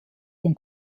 von